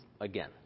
again